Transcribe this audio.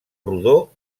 rodó